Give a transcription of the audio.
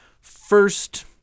first